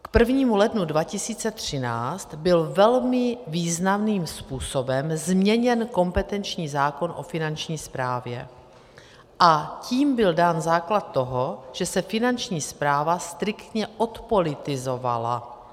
K 1. lednu 2013 byl velmi významným způsobem změněn kompetenční zákon o Finanční správě, a tím byl dán základ toho, že se Finanční správa striktně odpolitizovala.